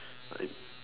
like